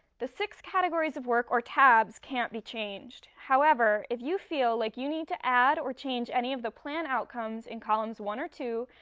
the six categories of work or tabs can't be changed. however, if you feel like you need to add or change any of the plan outcomes in columns one or two,